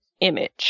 image